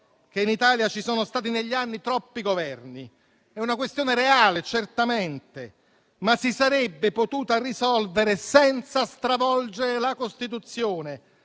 che in Italia ci sono stati negli anni troppi Governi: è una questione reale, certamente, che si sarebbe potuta risolvere però senza stravolgere la Costituzione,